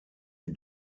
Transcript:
die